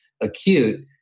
acute